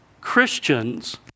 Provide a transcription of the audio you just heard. Christians